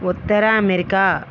Uttara America